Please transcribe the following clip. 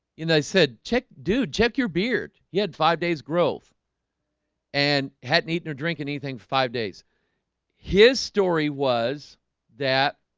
and i said check dude check your beard he had five days growth and hadn't eaten her drinking anything for five days his story was that